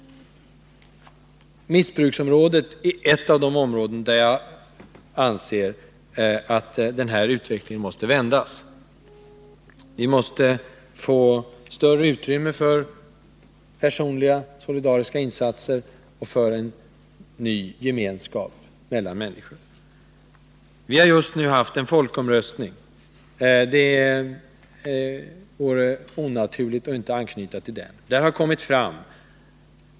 Missbruksområdet är ett av de områden där jag anser att den här utvecklingen måste vändas. Vi måste få större utrymme för personliga . solidariska insatser och för en ny gemenskap mellan människor. Vi har just nu haft en folkomröstning. Det vore onaturligt att inte anknyta till den.